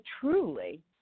truly